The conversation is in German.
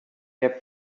der